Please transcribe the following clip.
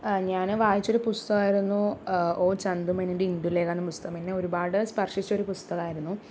ഞാന് വായിച്ചൊരു പുസ്തകമായിരുന്നു ഒ ചന്തുമേനോൻ്റെ ഇന്ദുലേഖ എന്ന പുസ്തകം എന്നെ ഒരുപാട് സ്പർശിച്ചൊരു പുസ്തകമായിരുന്നു